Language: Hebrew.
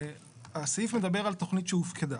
הסעיף מדבר על תכנית שהופקדה.